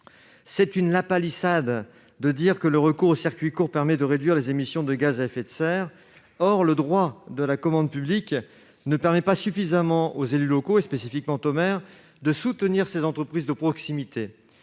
C'est une lapalissade de dire que le recours aux circuits courts permet de réduire les émissions de gaz à effet de serre. Or le droit de la commande publique ne permet pas suffisamment aux élus locaux, spécifiquement aux maires, de soutenir les entreprises de proximité.